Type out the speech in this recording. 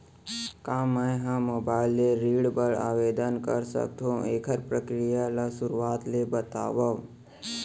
का मैं ह मोबाइल ले ऋण बर आवेदन कर सकथो, एखर प्रक्रिया ला शुरुआत ले बतावव?